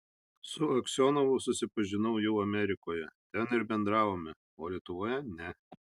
su aksionovu susipažinau jau amerikoje ten ir bendravome o lietuvoje ne